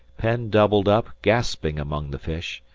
penn doubled up, gasping among the fish,